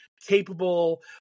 capable